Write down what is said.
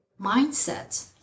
mindset